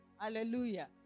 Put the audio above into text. Hallelujah